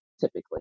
typically